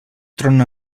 trona